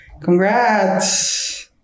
Congrats